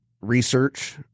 research